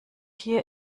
hier